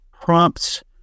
prompts